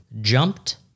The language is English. Jumped